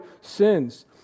sins